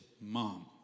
mom